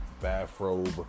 bathrobe